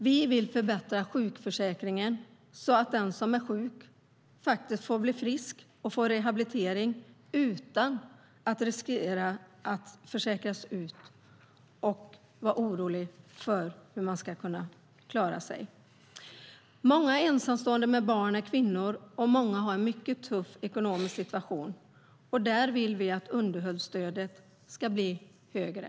Vi vill förbättra sjukförsäkringen, så att den som är sjuk faktiskt får bli frisk och får rehabilitering utan att riskera att försäkras ut och vara orolig för hur man ska kunna klara sig. Många ensamstående med barn är kvinnor, och många har en mycket tuff ekonomisk situation. Därför vill vi att underhållsstödet ska bli högre.